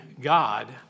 God